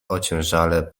ociężale